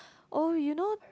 oh you know